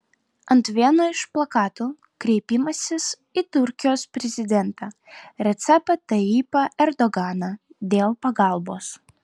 ant vieno iš plakatų kreipimasis į turkijos prezidentą recepą tayyipą erdoganą dėl pagalbos